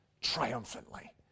triumphantly